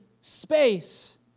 space